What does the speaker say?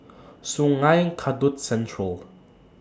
Sungei Kadut Central